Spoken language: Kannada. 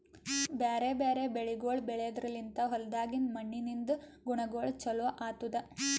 ಬ್ಯಾರೆ ಬ್ಯಾರೆ ಬೆಳಿಗೊಳ್ ಬೆಳೆದ್ರ ಲಿಂತ್ ಹೊಲ್ದಾಗಿಂದ್ ಮಣ್ಣಿನಿಂದ ಗುಣಗೊಳ್ ಚೊಲೋ ಆತ್ತುದ್